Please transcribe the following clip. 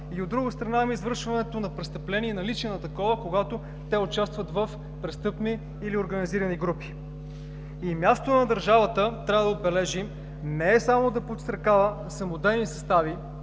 и, от друга страна, имаме извършване на престъпление и наличие на такова, когато те участват в престъпни или организирани групи. И мястото на държавата, трябва да отбележим, не е само да подстрекава самодейни състави